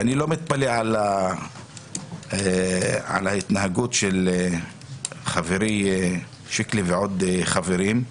אני לא מתפלא על ההתנהגות של חברי שיקלי ועוד חברים,